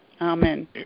Amen